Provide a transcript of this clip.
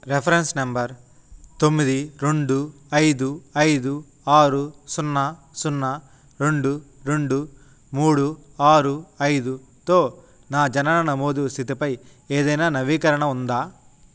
reference number తొమ్మిది రెండు ఐదు ఐదు ఆరు సున్నా సున్నా రెండు రెండు మూడు ఆరు ఐదుతో నా జనన నమోదు స్థితిపై ఏదైనా నవీకరణ ఉందా